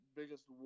biggest